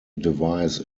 device